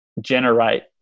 generate